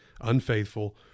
unfaithful